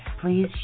please